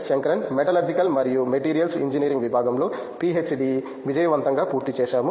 Shankaran metallurgical మరియు materials engineering విభాగంలో PhD విజయవంతంగా పూర్తి చేశాము